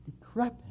decrepit